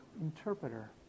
interpreter